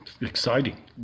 Exciting